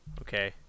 Okay